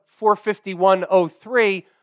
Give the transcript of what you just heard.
451.03